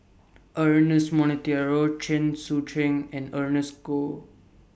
Ernest Monteiro Chen Sucheng and Ernest Goh